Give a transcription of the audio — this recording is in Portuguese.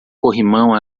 corrimão